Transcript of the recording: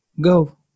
Go